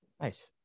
Nice